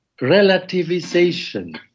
relativization